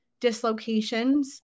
dislocations